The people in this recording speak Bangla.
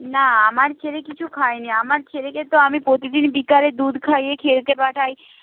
না আমার ছেলে কিছু খায় নি আমার ছেলেকে তো আমি প্রতিদিন বিকালে দুধ খাইয়ে খেলতে পাঠাই